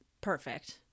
perfect